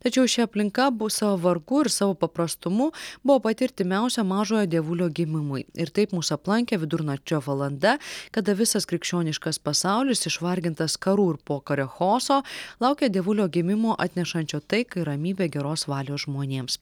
tačiau ši aplinka bus savo vargu ir savo paprastumu buvo pati artimiausia mažojo dievulio gimimui ir taip mus aplankė vidurnakčio valanda kada visas krikščioniškas pasaulis išvargintas karų ir pokario chaoso laukė dievulio gimimo atnešančio taiką ir ramybę geros valios žmonėms